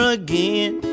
again